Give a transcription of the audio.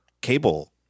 cable